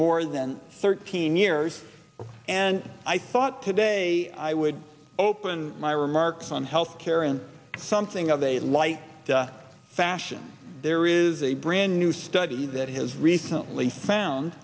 more than thirteen years and i thought today i would open my remarks on health care in something of a light fashion there is a brand new study that has recently found